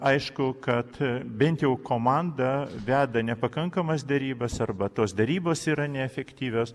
aišku kad bent jau komanda veda nepakankamas derybas arba tos derybos yra neefektyvios